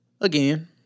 again